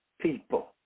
people